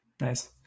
Nice